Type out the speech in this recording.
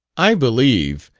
i believe,